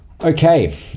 Okay